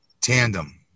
Tandem